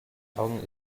augen